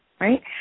right